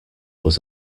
was